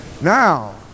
Now